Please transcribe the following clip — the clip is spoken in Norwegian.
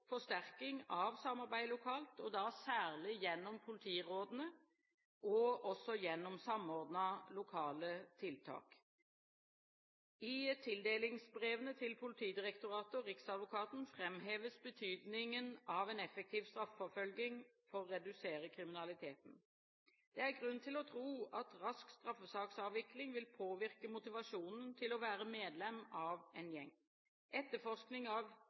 forsterking av samarbeidet lokalt, særlig gjennom politirådene og gjennom de samordnede lokale tiltak. I tildelingsbrevene til Politidirektoratet og Riksadvokaten framheves betydningen av en effektiv straffeforfølging for å redusere kriminaliteten. Det er grunn til å tro at rask straffesaksavvikling vil påvirke motivasjonen til å være medlem av en gjeng. Etterforsking av